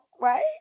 right